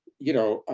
you know,